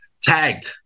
Tag